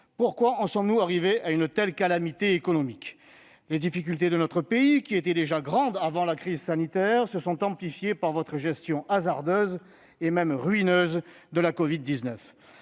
pourquoi sommes-nous confrontés à une telle calamité économique ? Les difficultés de notre pays, qui étaient déjà grandes avant la crise sanitaire, ont été amplifiées par votre gestion hasardeuse et, même, ruineuse de la crise